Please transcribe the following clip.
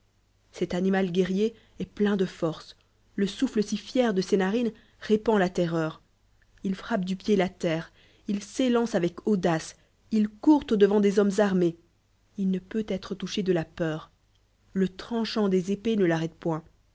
cet animal guerrier est plein de force le souffle si fier de ses narines répand la terreur il trappe du pied la terre il s'élance lvec audace court au-devant des hommes armés il ne peut être touché de la peur le tranchant des épée ne l'arrête point